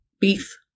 beef